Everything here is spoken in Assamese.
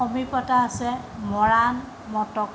সমীপতে আছে মৰাণ মটক